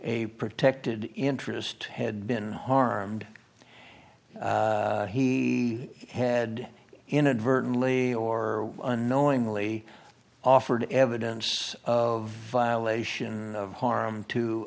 a protected interest had been harmed he had inadvertently or unknowingly offered evidence of violation of harm to